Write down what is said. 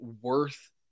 worth